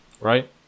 right